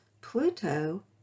Pluto